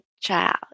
child